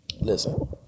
Listen